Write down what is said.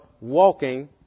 walking